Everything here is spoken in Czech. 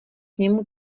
němu